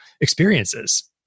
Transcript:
experiences